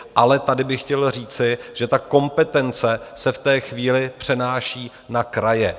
Ale tady bych chtěl říci, že ta kompetence se v té chvíli přenáší na kraje.